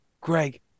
Greg